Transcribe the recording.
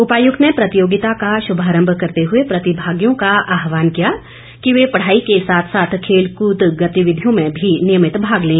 उपायुक्त ने प्रतियोगिता का शुभारम्भ करते हुए प्रतिभागियों का आहवान किया कि वे पढ़ाई के साथ साथ खेल कूद गतिविधियों में भी नियमित भाग लें